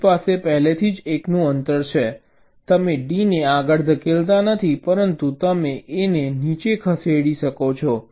D પાસે પહેલેથી જ 1 નું અંતર છે તમે D ને આગળ ધકેલતા નથી પરંતુ તમે A ને નીચે ખસેડી શકો છો